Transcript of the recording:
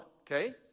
okay